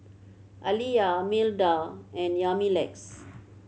Aleah Milda and Yamilex